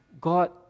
God